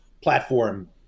platform